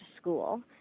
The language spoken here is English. school